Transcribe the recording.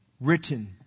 written